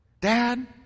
Dad